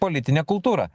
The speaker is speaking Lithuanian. politinę kultūrą